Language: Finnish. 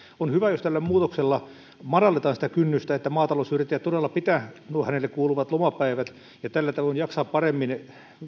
on hyvä jos tällä muutoksella madalletaan sitä kynnystä että maatalousyrittäjä todella pitää nuo hänelle kuuluvat lomapäivät ja tällä tavoin jaksaa paremmin